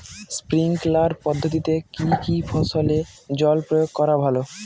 Sprinkler পদ্ধতিতে কি কী ফসলে জল প্রয়োগ করা ভালো?